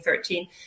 2013